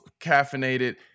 caffeinated